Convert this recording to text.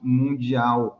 mundial